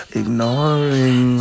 ignoring